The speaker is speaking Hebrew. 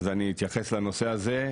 אז אני אתייחס לנושא הזה,